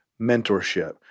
mentorship